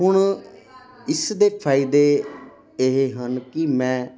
ਹੁਣ ਇਸ ਦੇ ਫਾਇਦੇ ਇਹ ਹਨ ਕਿ ਮੈਂ